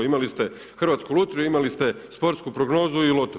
Imali ste Hrvatsku lutriju, imali ste sportsku prognozu i loto.